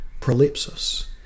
prolepsis